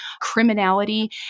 criminality